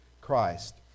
Christ